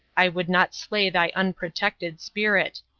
i would not slay thy unprotected spirit.